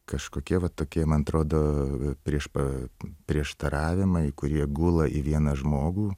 kažkokie va tokie man atrodo prieš pa prieštaravimai kurie gula į vieną žmogų